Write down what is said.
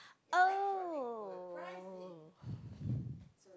oh